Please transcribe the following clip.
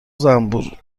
زنبور